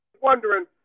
Wondering